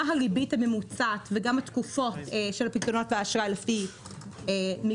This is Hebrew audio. מה הריבית הממוצעת וגם התקופות של פיקדונות האשראי לפי מגזר.